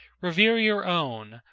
revere your own,